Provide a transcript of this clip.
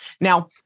Now